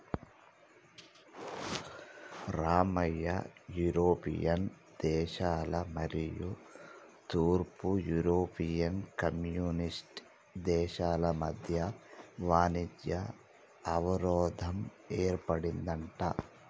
Ramayya European దేశాల మరియు తూర్పు యూరోపియన్ కమ్యూనిస్ట్ దేశాల మధ్య వాణిజ్య అవరోధం ఏర్పడిందంట